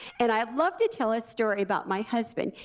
and i love to tell a story about my husband,